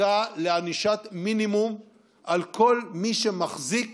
חקיקה לענישת מינימום על כל מי שמחזיק